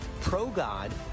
pro-God